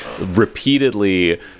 repeatedly